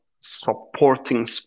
Supporting